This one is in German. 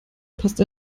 passt